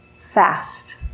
fast